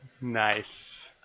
Nice